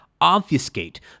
obfuscate